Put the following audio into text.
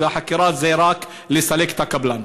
והחקירה זה רק כדי לסלק את הקבלן?